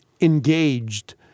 engaged